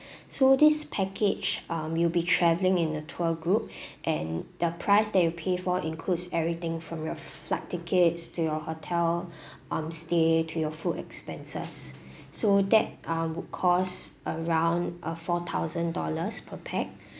so this package um you'll be travelling in a tour group and the price that you pay for includes everything from your flight tickets to your hotel um stay to your food expenses so that ah would cost around uh four thousand dollars per pax